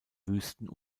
wüsten